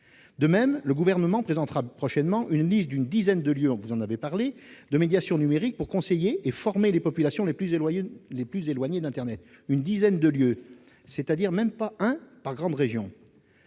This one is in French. De même, le Gouvernement présentera prochainement une liste d'une dizaine de lieux de médiation numérique pour conseiller et former les populations les plus éloignées d'internet, soit même pas un par grande région